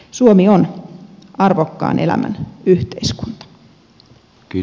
suomi on arvokkaan elämän yhteiskunta